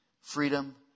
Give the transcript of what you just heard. Freedom